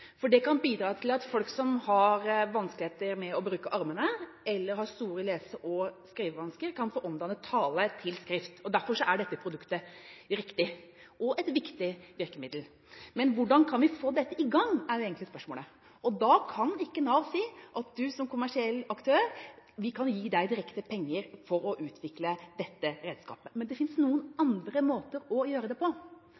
Det kan bidra til at folk som har vanskeligheter med å bruke armene eller har store lese- og skrivevansker, kan få omdannet tale til skrift. Derfor er dette produktet et riktig og viktig virkemiddel. Spørsmålet er egentlig: Hvordan kan vi få dette i gang? Og da kan ikke Nav si at man som kommersiell aktør kan få penger direkte for å utvikle dette redskapet. Men det finnes noen